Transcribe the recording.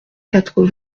quatre